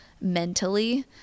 mentally